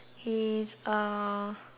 uh